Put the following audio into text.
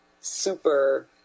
super